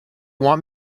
want